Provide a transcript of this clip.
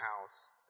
house